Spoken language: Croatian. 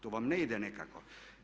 To vam ne ide nekako.